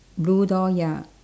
blue door ya